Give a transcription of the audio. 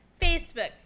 Facebook